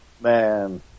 Man